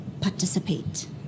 participate